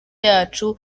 yacu